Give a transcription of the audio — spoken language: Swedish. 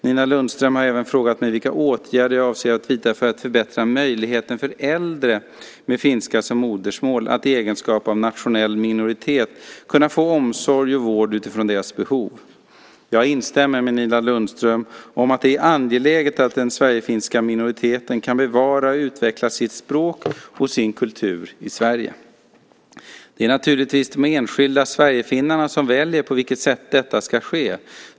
Nina Lundström har även frågat mig vilka åtgärder jag avser att vidta för att förbättra möjligheten för äldre med finska som modersmål att i egenskap av nationell minoritet kunna få omsorg och vård utifrån deras behov. Jag instämmer med Nina Lundström om att det är angeläget att den sverigefinska minoriteten kan bevara och utveckla sitt språk och sin kultur i Sverige. Det är naturligtvis de enskilda sverigefinnarna som väljer på vilket sätt detta ska ske.